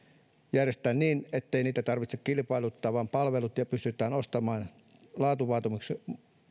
järjestää niin ettei niitä tarvitse kilpailuttaa vaan palvelut pystytään ostamaan laatuvaatimuksien